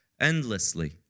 Endlessly